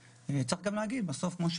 מקום.